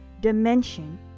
dimension